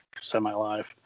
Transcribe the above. semi-live